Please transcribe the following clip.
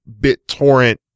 BitTorrent